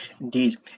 Indeed